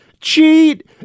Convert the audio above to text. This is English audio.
cheat